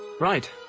Right